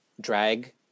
drag